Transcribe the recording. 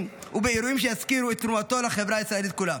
ובאירועים שיזכירו את תרומתו לחברה הישראלית כולה.